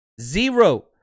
Zero